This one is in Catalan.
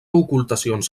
ocultacions